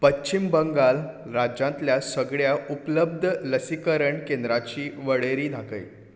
पश्चीम बंगाल राज्यांतल्या सगळ्या उपलब्ध लसीकरण केंद्राची वळेरी दाखय